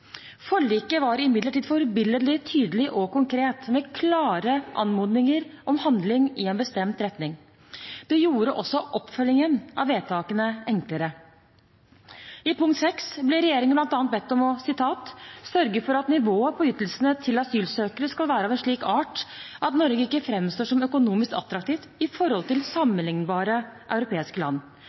Forliket var imidlertid forbilledlig tydelig og konkret, med klare anmodninger om handling i en bestemt retning. Det gjorde også oppfølgingen av vedtakene enklere. I punkt 6 i avtalen ble regjeringen bl.a. bedt om å «sørge for at nivået på ytelsene til asylsøkere skal være av en slik art at Norge ikke fremstår som økonomisk attraktiv i forhold til sammenlignbare europeiske land».